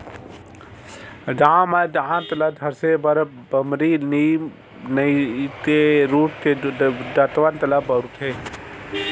गाँव म दांत ल घसे बर बमरी, लीम नइते रूख के दतवन ल बउरथे